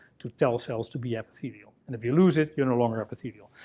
to tell cells to be epithelial. and if you lose it, you're no longer epithelial.